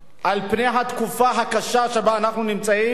על-פני התקופה הקשה שבה אנחנו נמצאים.